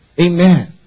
Amen